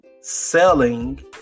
selling